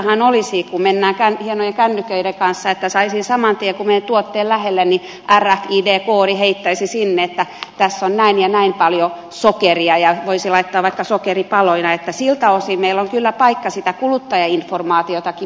hienointahan olisi kun mennään hienojen kännyköiden kanssa tuotteen lähelle niin saman tien rfid koodi heittäisi sinne että tässä on näin ja näin paljon sokeria ja voisi laittaa vaikka sokeripaloina niin että siltä osin meillä on kyllä paikka sitä kuluttajainformaatiotakin parantaa